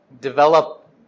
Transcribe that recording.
develop